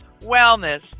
wellness